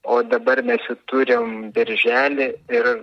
o dabar mes jų turim birželį ir